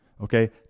okay